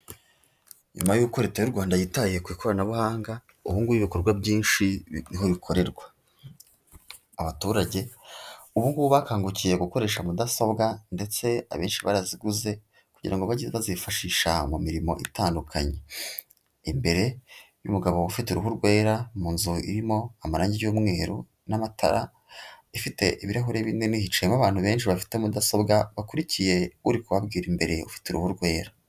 Nyuma y'uko leta y'u Rwanda yitaye ku ikoranabuhanga ubungubu ibikorwa byinshi niho bikorerwa, abaturage ubungubu bakangukiye gukoresha mudasobwa, ndetse abenshi baraziguze kugira ngo bajye bazifashisha mu mirimo itandukanye, imbere y'umugabo ufite uruhu rwera mu nzu irimo amarangi y'umweru n'amatara ifite ibirahuri binini hicayemo abantu benshi bafite mudasobwa bakurikiye uri kubabwira imbere ufite uruhu rwera.